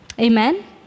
Amen